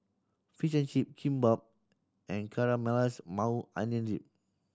Fish and Chip Kimbap and Caramelized Maui Onion Dip